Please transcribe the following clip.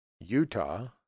Utah